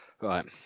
Right